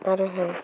आरोहाय